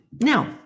now